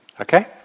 Okay